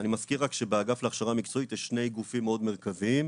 אני מזכיר רק שבאגף להכשרה מקצועית יש שני גופים מאוד מרכזיים,